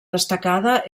destacada